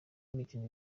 y’imikino